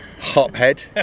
Hophead